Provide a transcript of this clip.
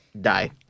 die